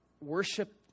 worship